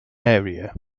area